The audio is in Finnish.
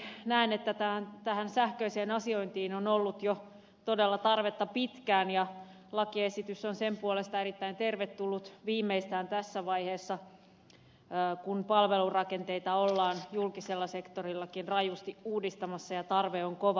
osaltani näen että tähän sähköiseen asiointiin on ollut todella tarvetta jo pitkään ja lakiesitys on sen puolesta erittäin tervetullut viimeistään tässä vaiheessa kun palvelurakenteita ollaan julkisella sektorillakin rajusti uudistamassa ja tarve on kova